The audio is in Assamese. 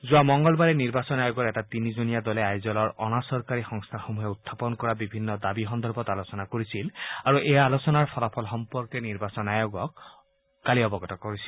যোৱা মঙলবাৰে নিৰ্বাচন আয়োগৰ এটা তিনিজনীয়া দলে আইজলৰ অনাচৰকাৰী সংগঠনসমূহে উখাপন কৰা বিভিন্ন দাবী সন্দৰ্ভত আলোচনা কৰিছিল আৰু এই আলোচনাৰ ফলাফল সম্পৰ্কে নিৰ্বাচন আয়োগক কালি অৱগত কৰিছিল